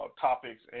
topics